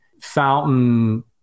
Fountain